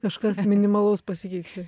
kažkas minimalaus pasikeičia